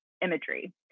imagery